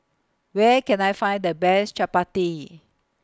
Where Can I Find The Best Chappati